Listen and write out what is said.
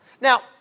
Now